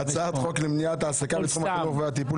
הצעת חוק למניעת העסקה בתחום החינוך והטיפול